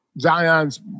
Zion's